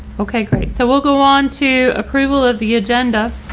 okay, great. so we'll go on to approval of the agenda.